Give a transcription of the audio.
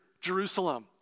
Jerusalem